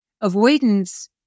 avoidance